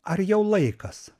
ar jau laikas